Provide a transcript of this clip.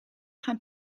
gaan